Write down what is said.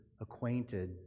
acquainted